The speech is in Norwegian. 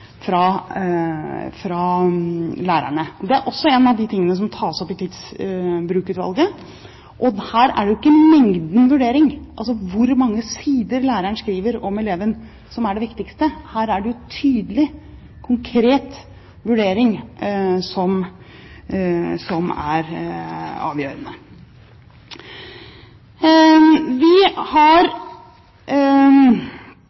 fra lærerne. Det er også en av de tingene som tas opp i Tidsbrukutvalget. Her er det jo ikke mengden vurdering, altså hvor mange sider læreren skriver om eleven, som er det viktigste. Her er det jo tydelig, konkret vurdering som er avgjørende. Vi